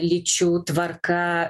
lyčių tvarka